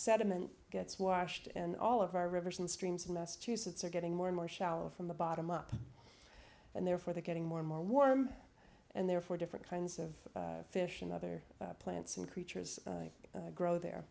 diment gets washed and all of our rivers and streams of massachusetts are getting more and more shallow from the bottom up and therefore they're getting more and more warm and therefore different kinds of fish and other plants and creatures grow there